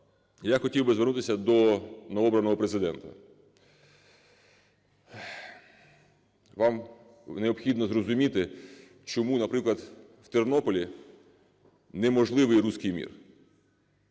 Я хотів би звернутися до новообраного Президента. Вам необхідно зрозуміти, чому, наприклад, в Тернополі неможливий "русский мир".